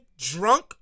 drunk